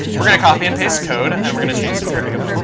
we're going to copy and paste code, and we're going to change some variables.